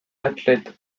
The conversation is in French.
athlète